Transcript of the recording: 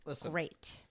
great